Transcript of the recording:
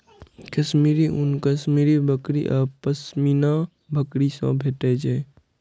कश्मीरी ऊन कश्मीरी बकरी आ पश्मीना बकरी सं भेटै छै